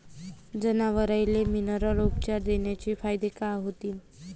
जनावराले मिनरल उपचार देण्याचे फायदे काय होतीन?